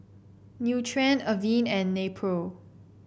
Nutren Avene and Nepro